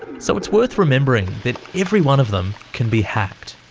so it's worth remembering that every one of them can be hacked.